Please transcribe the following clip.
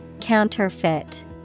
Counterfeit